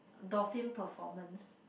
dolphin performance